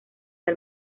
del